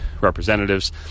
representatives